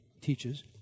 teaches